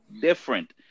different